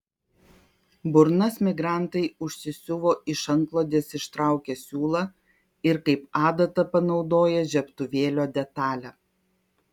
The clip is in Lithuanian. burnas migrantai užsisiuvo iš antklodės ištraukę siūlą ir kaip adatą panaudoję žiebtuvėlio detalę